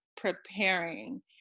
preparing